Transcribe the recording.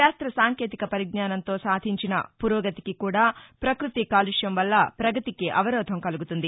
శాస్త్ర సాంకేతిక పరిజ్ఞానంతో సాధించిన పురోగతికి కూడా పక్పతి కాలుష్యం వల్ల పగతికి అవరోధం కలుగుతుంది